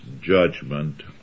judgment